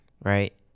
Right